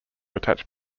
attach